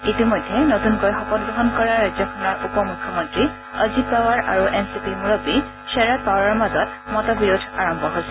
ইতিমধ্যে নতুনকৈ শপতগ্ৰহণ কৰা ৰাজ্যখনৰ উপমুখ্যমন্ত্ৰী অজিত পাৱাৰ আৰু এন চি পিৰ মুৰববী শাৰদ পাৱাৰৰ মাজত মতবিৰোধ আৰম্ভ হৈছে